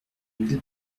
mille